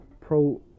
pro